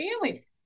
family